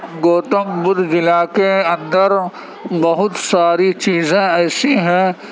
گوتم بدھ ضلع کے اندر بہت ساری چیزیں ایسی ہیں